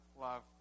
love